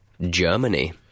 Germany